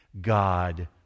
God